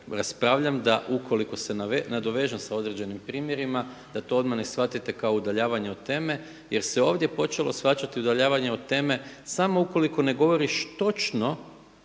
raspravljam da ukoliko se nadovežem sa određenim primjerima da to odmah ne shvatite kao udaljavanjem od teme jer se ovdje počelo shvaćati udaljavanje od teme samo ukoliko ne govoriš točno,